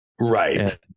Right